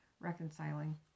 Reconciling